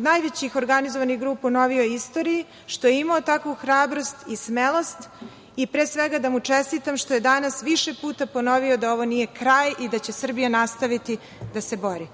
najvećih organizovanih grupa u novijoj istoriji što je imao takvu hrabrost i smelost i pre svega da mu čestitam što je danas više puta ponovio da ovo nije kraj i da će Srbija nastaviti da se bori.